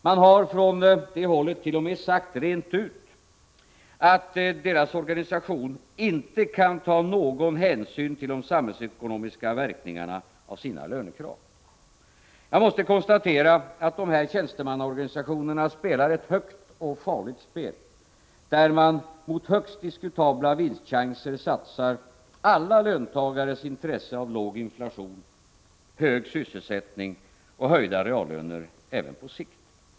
Man har från det hållet t.o.m. sagt rent ut att organisationerna inte kan ta någon hänsyn till de samhällsekonomiska verkningarna av sina lönekrav. Jag måste konstatera att de här tjänstemannaorganisationerna spelar ett högt och farligt spel, där man mot högst diskutabla vinstchanser satsar alla löntagares intresse av låg inflation, hög sysselsättning och höjda reallöner även på sikt.